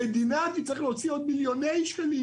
המדינה תצטרך להוציא עוד מיליוני שקלים